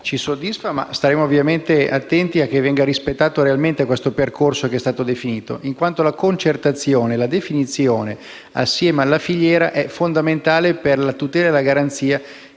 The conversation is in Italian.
ci soddisfa, ma staremo ovviamente attenti affinché venga rispettato il percorso definito, in quanto la concertazione, la definizione assieme alla filiera è fondamentale per la tutela e la garanzia